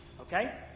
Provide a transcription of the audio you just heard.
Okay